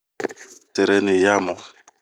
Tereniyamu,